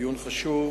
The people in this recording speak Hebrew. הדיון חשוב,